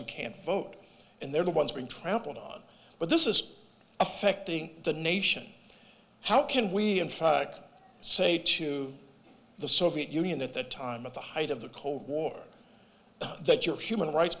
who can't vote and they're the ones being trampled on but this is affecting the nation how can we and i say to the soviet union at the time at the height of the cold war that your human rights